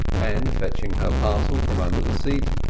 and fetching her parcel from under the seat,